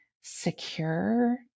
secure